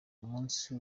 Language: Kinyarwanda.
umunsi